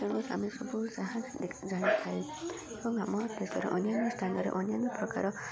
ତେଣୁ ଆମେ ସବୁ ଯାହା ଜାଣିଥାଉ ଏବଂ ଆମ ଦେଶର ଅନ୍ୟାନ୍ୟ ସ୍ଥାନରେ ଅନ୍ୟାନ୍ୟ ପ୍ରକାର